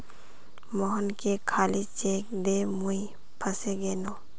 मोहनके खाली चेक दे मुई फसे गेनू